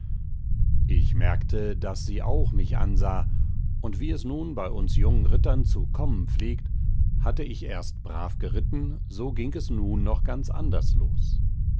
ich merkte daß sie auch mich ansah und wie es nun bei uns jungen rittern zu kommen pflegt hatte ich erst brav geritten so ging es nun noch ganz anders los